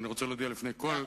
אני רוצה להודיע לפני כל,